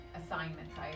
assignments